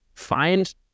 find